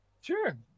Sure